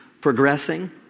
progressing